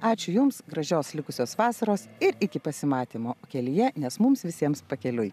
ačiū jums gražios likusios vasaros ir iki pasimatymo kelyje nes mums visiems pakeliui